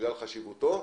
בגלל חשיבותו.